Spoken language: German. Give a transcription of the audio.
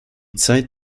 zeit